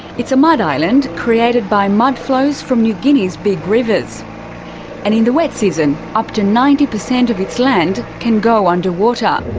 it's a mud island created by mudflows from new guinea's big rivers. and in the wet season, up to ninety per cent of its land can go under water.